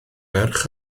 ferch